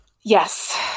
Yes